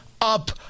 Up